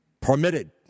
permitted